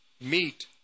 meet